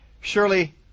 surely